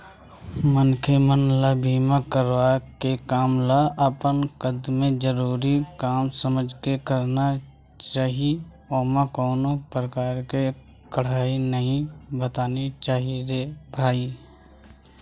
मनखे मन ल बीमा करवाय के काम ल अपन एकदमे जरुरी काम समझ के करना चाही ओमा कोनो परकार के काइही नइ बरतना चाही रे भई